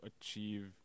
achieve